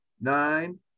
nine